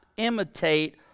imitate